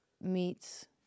meets